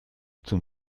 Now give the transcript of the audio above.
zum